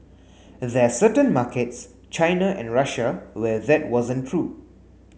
there's certain markets China and Russia where that wasn't true